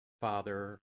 Father